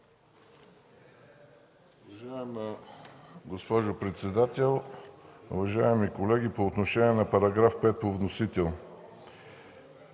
Уважаема госпожо председател, уважаеми колеги, по отношение на § 5 по вносител.